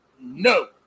No